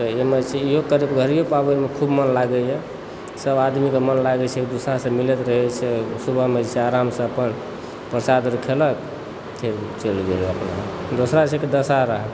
तऽ हमरा सबके इहो पाबनिमे घड़ियो पाबनिमे खूब मन लागैए सभ आदमीके मन लागै छै एक दुसरा से मिलैत रहय छै सुबहमे जे छै से आरामसँ अपन प्रसाद आर खेलक दोसरा छै कि दशहरा